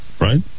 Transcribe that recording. right